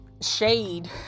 shade